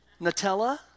Nutella